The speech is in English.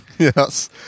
Yes